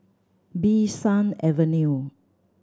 Bee San Avenue